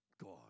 God